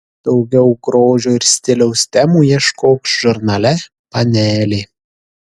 daugiau grožio ir stiliaus temų ieškok žurnale panelė